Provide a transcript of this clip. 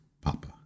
papa